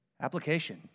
Application